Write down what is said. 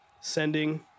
Sending